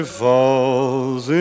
falls